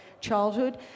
childhood